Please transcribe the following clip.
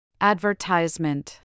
Advertisement